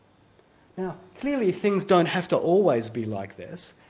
now clearly, things don't have to always be like this.